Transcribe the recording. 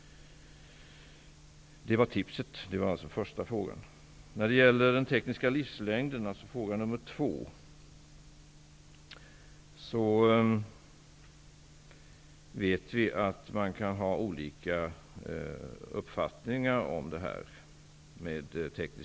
Det var tipset. Det var alltså första frågan. Om den tekniska livslängden, alltså fråga nr 2, vet vi att man kan ha olika uppfattningar.